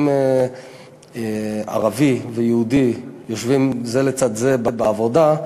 אם ערבי ויהודי יושבים זה לצד זה בעבודה,